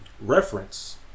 reference